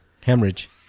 Hemorrhage